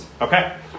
Okay